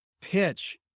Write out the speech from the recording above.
pitch